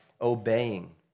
obeying